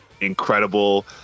incredible